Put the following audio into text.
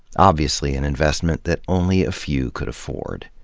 obviously an investment that only a few could afford.